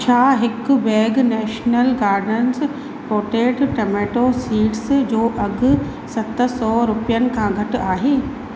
छा हिकु bag national gardens potted tomato seeds जो अघि सत सौ रुपियनि खां घटि आहे